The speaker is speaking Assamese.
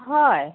হয়